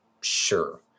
sure